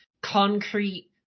concrete